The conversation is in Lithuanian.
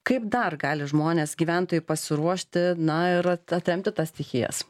kaip dar gali žmonės gyventojai pasiruošti na ir at atremti tas stichijas